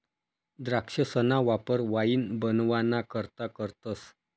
द्राक्षसना वापर वाईन बनवाना करता करतस